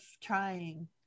trying